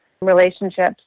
relationships